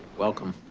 welcome.